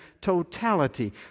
totality